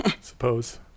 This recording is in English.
Suppose